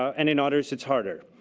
and in others, it's harder.